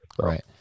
Right